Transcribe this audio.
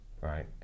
right